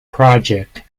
project